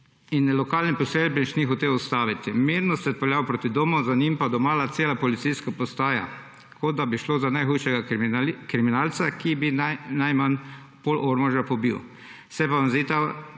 in lokalni posebnež ni hotel ustaviti. Mirno se je odpeljal proti domu, za njim pa domala cela policijska postaja, kot da bi šlo za najhujšega kriminalca, ki bi najmanj polovico Ormoža pobil.